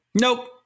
Nope